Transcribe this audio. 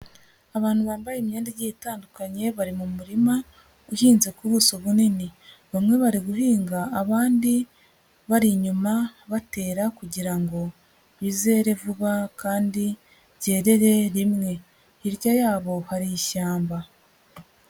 Abantu bambaye imyenda igiye itandukanye, bari mu murima uhinze ku buso bunini. Bamwe bari guhinga, abandi bari inyuma batera kugira ngo bizere vuba kandi byerererere rimwe. Hirya yabo, hari ishyamba.